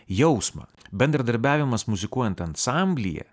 jausmą bendradarbiavimas muzikuojant ansamblyje